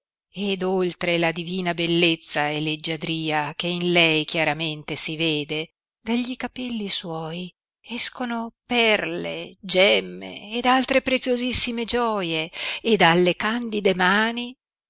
ed oltre la divina bellezza e leggiadria che in lei chiaramente si vede da gli capelli suoi escono perle gemme ed altre preziosissime gioie e dalle candide mani